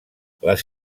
les